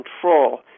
control